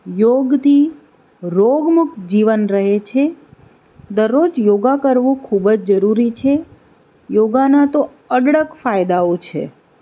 યોગથી રોગમુક્ત જીવન રહે છે દરરોજ યોગા કરવું ખૂબ જ જરૂરી છે યોગાના તો અઢળક ફાયદાઓ છે